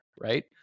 Right